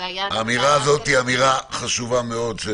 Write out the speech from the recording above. זאת אמירה חשובה מאוד.